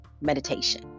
meditation